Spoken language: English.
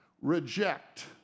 reject